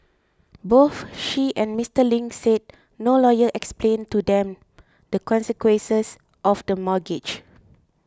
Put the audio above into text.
both she and Mister Ling said no lawyer explained to them the consequences of the mortgage